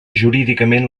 jurídicament